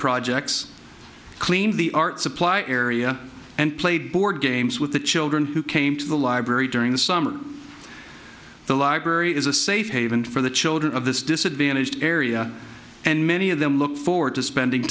projects cleaned the art supply area and played board games with the children who came to the library during the summer the library is a safe haven for the children of this disadvantaged area and many of them look forward to spending